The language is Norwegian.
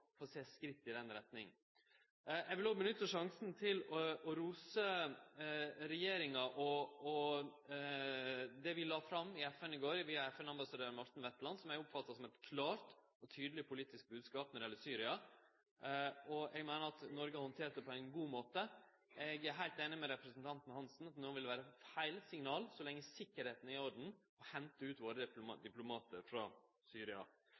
får sjå skritt i den retninga. Eg vil nytte sjansen til å rose regjeringa for det ho la fram i FN i går via FN-ambassadør Morten Wetland, noko som eg oppfattar som ein klar og tydeleg politisk bodskap når det gjeld Syria. Eg meiner at Noreg har handtert det på ein god måte. Eg er heilt einig med representanten Hansen i at det no vil vere feil signal så lenge tryggleiken er i orden, å hente ut våre diplomatar frå Syria.